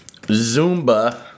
Zumba